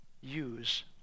use